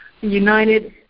United